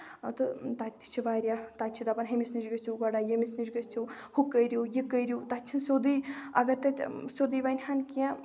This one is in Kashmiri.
تہٕ تَتہِ تہِ چھِ واریاہ تَتہِ چھِ دَپان ہُمِس نِش گژھو گرا ییٚمِس نِش گٔژھو ہُہ کٔرو یہِ کٔرو تَتہِ چھُ سیٚودُے اَگر تَتہِ سیٚودُے وَنہٕ ہن کیٚنٛہہ